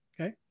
okay